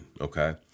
Okay